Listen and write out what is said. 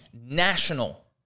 national